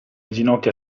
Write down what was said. ginocchia